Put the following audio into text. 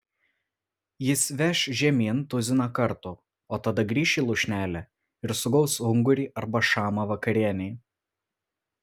jis veš žemyn tuziną kartų o tada grįš į lūšnelę ir sugaus ungurį arba šamą vakarienei